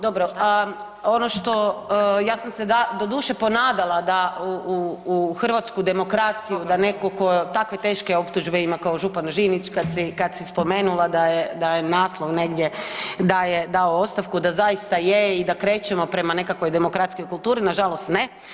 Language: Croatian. Dobro, ono što, ja sam se doduše ponadala da u hrvatsku demokraciju da netko tko takve teške optužbe ima kao župan Žinić kad si spomenula da je naslov negdje da je dao ostavku da zaista je i da krećemo prema nekakvoj demokratskoj kulturi, nažalost ne.